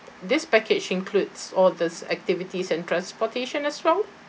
this package includes all these activities and transportation as well